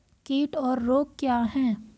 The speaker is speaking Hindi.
कीट और रोग क्या हैं?